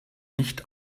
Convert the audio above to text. nicht